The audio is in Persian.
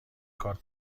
کارت